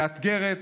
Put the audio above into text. מאתגרת,